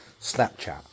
Snapchat